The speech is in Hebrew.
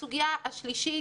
הסוגיה השלישית